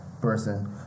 person